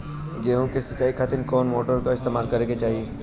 गेहूं के सिंचाई खातिर कौन मोटर का इस्तेमाल करे के चाहीं?